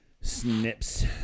Snips